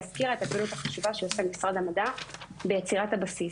היא הזכירה את הפעילות החשובה שעושה משרד המדע ביצירת הבסיס.